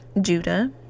judah